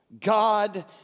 God